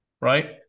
right